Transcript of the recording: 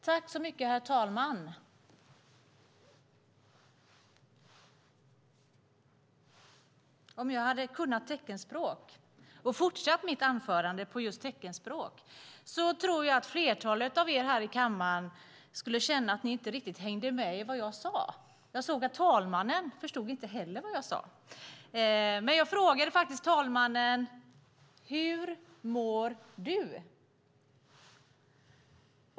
Herr talman! Om jag hade kunnat teckenspråk och fortsatt mitt anförande på just teckenspråk tror jag att flertalet av er här i kammaren skulle ha känt att ni inte riktigt hängde med i vad jag sade. När jag tecknade nyss såg jag att talmannen inte heller förstod vad jag sade. Men jag frågade talmannen: Hur mår du?